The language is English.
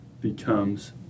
becomes